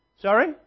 Sorry